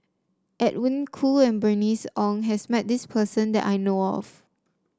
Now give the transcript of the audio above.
Edwin Koo and Bernice Ong has met this person that I know of